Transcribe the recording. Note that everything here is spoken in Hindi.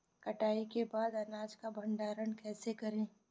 कटाई के बाद अनाज का भंडारण कैसे करें?